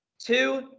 Two